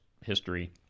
history